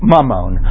Mammon